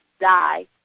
die